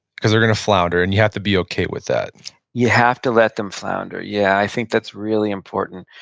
because they're gonna flounder, and you have to be okay with that you have to let them flounder. yeah. i think that's really important.